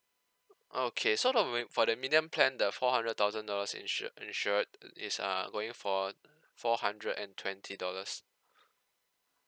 okay so the med~ for the medium plan the four hundred thousand dollars insure insured is err going for four hundred and twenty dollars